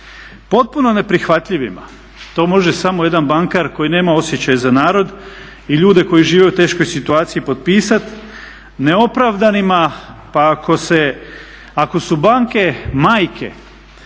Potpuno neprihvatljivima, to može samo jedan bankar koji nema osjećaj za narod i ljudi koji žive u teškoj situaciji potpisati. Neopravdanima, pa ako su banke majke